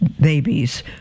babies